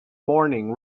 morning